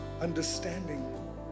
understanding